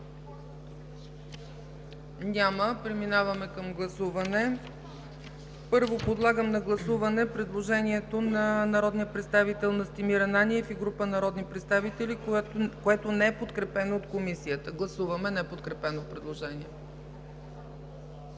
Няма. Преминаваме към гласуване. Първо, подлагам на гласуване предложението на народния представител Настимир Ананиев и група народни представители, което не е подкрепено от Комисията. Гласували 103 народни представители: